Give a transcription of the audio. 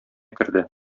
керде